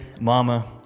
Mama